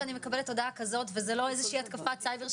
שאני מקבלת הודעה כזאת וזה לא איזושהי התקפת סייבר,